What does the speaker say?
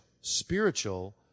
spiritual